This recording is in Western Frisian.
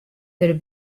der